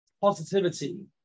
positivity